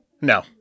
No